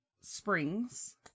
springs